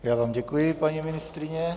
Já vám děkuji, paní ministryně.